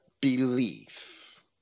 belief